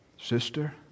sister